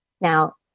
Now